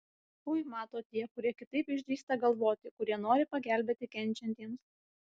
ui mato tie kurie kitaip išdrįsta galvoti kurie nori pagelbėti kenčiantiems